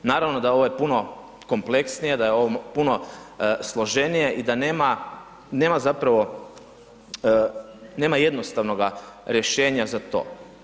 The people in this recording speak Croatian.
Naravno da je ovo puno kompleksnije, da je ovo puno složenije i da nema, nema zapravo, nema jednostavnoga rješenja za to.